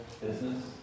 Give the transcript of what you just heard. business